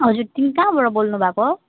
हजुर तिमी कहाँबाट बोल्नुभएको हो